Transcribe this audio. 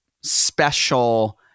special